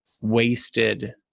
wasted